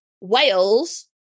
Wales